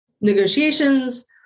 negotiations